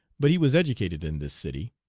but he was educated in this city.